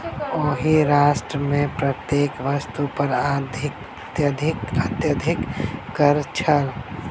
ओहि राष्ट्र मे प्रत्येक वस्तु पर अत्यधिक कर छल